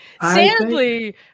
Sadly